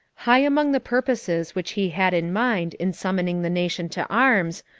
high among the purposes which he had in mind in summoning the nation to arms,